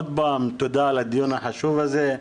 שוב תודה על הדיון החשוב הזה.